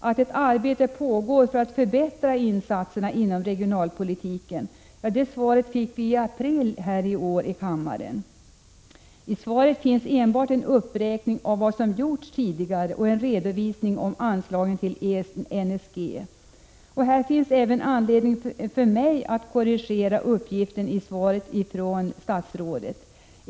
Att ett arbete pågår för att förbättra insatserna inom regionalpolitiken fick vi besked om här i kammaren i april i år. I svaret finns enbart en uppräkning av vad som gjorts tidigare och en redovisning av anslagen till NSG. Även här har jag anledning att korrigera uppgifterna i svaret från statsrådet.